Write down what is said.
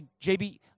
JB